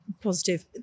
positive